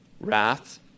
wrath